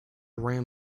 ram